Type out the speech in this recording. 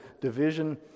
division